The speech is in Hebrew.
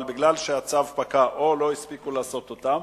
אבל מכיוון שהצו פקע או לא הספיקו לעשות אותם,